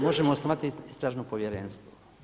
Možemo osnovati istražno povjerenstvo.